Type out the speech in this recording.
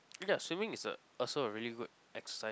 ya swimming is a also a really good exercise